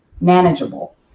manageable